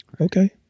Okay